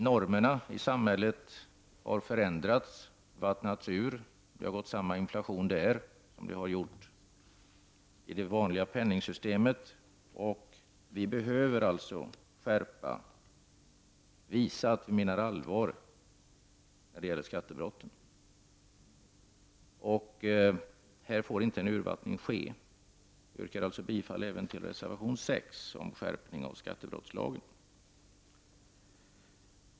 Normerna i samhället har förändrats och urvattnats. Det har gått samma inflation i normerna som i det vanliga penningsystemet, och vi behöver alltså skärpa attityderna och visa att vi menar allvar när det gäller skattebrotten. På den här punkten får ingen urvattning ske. Jag yrkar bifall även till reservation 6, som handlar om en skärpning av skattebrottslagen.